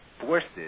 forces